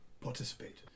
participate